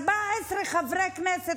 14 חברי כנסת,